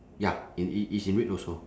ya in it is in red also